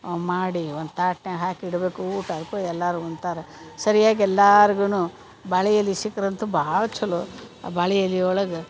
ಮಾಡಿ ಒಂದು ತಾಟ್ನಾಗ ಹಾಕಿ ಇಡಬೇಕು ಊಟ ಆದ್ಕೂಡಲೆ ಎಲ್ಲಾರು ಉಣ್ತಾರ ಸರಿಯಾಗಿ ಎಲ್ಲಾರ್ಗುನು ಬಾಳೆ ಎಲೆ ಸಿಕ್ರಂತು ಭಾಳ ಚಲೋ ಬಾಳೆ ಎಲೆಯೊಳಗ